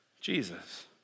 Jesus